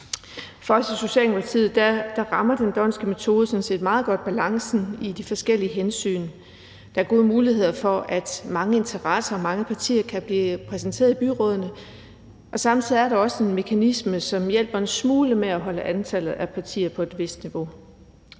For os i Socialdemokratiet rammer den d'Hondtske metode sådan set meget godt balancen i de forskellige hensyn. Der er gode muligheder for, at mange interesser og mange partier kan blive repræsenteret i byrådene, og samtidig er der også en mekanisme, som hjælper en smule med at holde antallet af partier på et vist niveau.